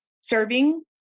serving